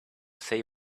say